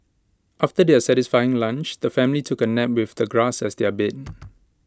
after their satisfying lunch the family took A nap with the grass as their bed